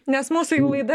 nes mūsų jau laida